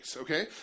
Okay